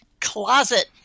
closet